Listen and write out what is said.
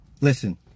Listen